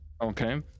okay